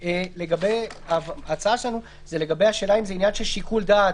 לגבי השאלה אם זה עניין של שיקול דעת